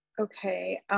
Okay